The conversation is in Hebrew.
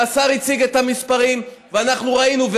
והשר הציג את המספרים ואנחנו ראינו.